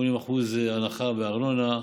ל-80% הנחה בארנונה,